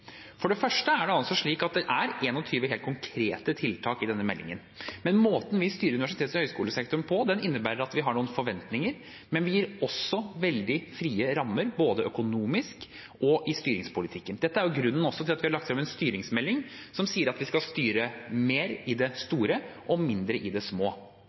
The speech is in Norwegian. For det første er det slik at det er 21 helt konkrete tiltak i denne meldingen. Måten vi styrer universitets- og høyskolesektoren på, innebærer at vi har noen forventninger, men vi gir også veldig frie rammer, både økonomisk og i styringspolitikken. Dette er grunnen til at vi har lagt frem en styringsmelding som sier at vi skal styre mer i det store og mindre i det små.